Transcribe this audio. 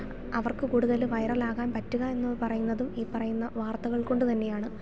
അവർക്ക് കൂടുതൽ വൈറലാകാൻ പറ്റുക എന്ന് പറയുന്നതും ഈ പറയുന്ന വാർത്തകൾ കൊണ്ട് തന്നെയാണ്